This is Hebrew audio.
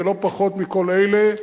ולא פחות מכל אלה,